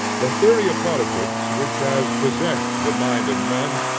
the theory of politics which has possessed the mind of men,